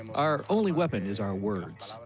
our only weapon is our words.